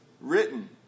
written